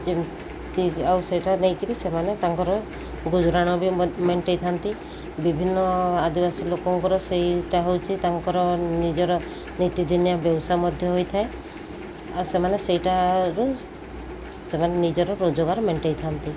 ଯେମିତି ଆଉ ସେଇଟା ନେଇକିରି ସେମାନେ ତାଙ୍କର ଗୁଜୁରାଣ ବି ମେଣ୍ଟାଇଥାନ୍ତି ବିଭିନ୍ନ ଆଦିବାସୀ ଲୋକଙ୍କର ସେଇଟା ହେଉଛି ତାଙ୍କର ନିଜର ନୀତିଦିନିଆ ବେଉସା ମଧ୍ୟ ହୋଇଥାଏ ଆଉ ସେମାନେ ସେଇଟାରୁ ସେମାନେ ନିଜର ରୋଜଗାର ମେଣ୍ଟାଇଥାନ୍ତି